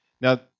Now